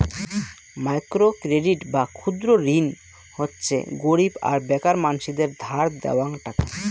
micro credit বা ক্ষুদ্র ঋণ হচ্যে গরীব আর বেকার মানসিদের ধার দেওয়াং টাকা